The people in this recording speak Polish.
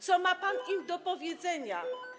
Co ma pan im do powiedzenia?